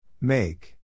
Make